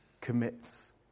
commits